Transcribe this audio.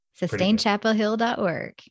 Sustainchapelhill.org